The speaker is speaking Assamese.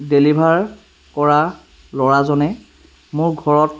ডেলিভাৰ কৰা ল'ৰাজনে মোৰ ঘৰত